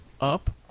up